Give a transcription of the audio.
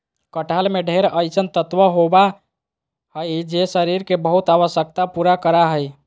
कटहल में ढेर अइसन तत्व होबा हइ जे शरीर के बहुत आवश्यकता पूरा करा हइ